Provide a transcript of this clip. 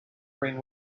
bring